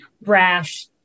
brash